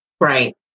Right